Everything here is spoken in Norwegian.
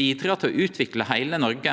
bidreg til å utvikle heile Noreg.